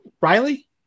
Riley